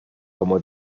como